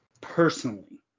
personally